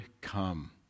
come